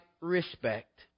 respect